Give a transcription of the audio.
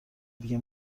دیگه